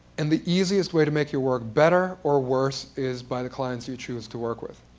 and the easiest way to make your work better or worse is by the clients you choose to work with.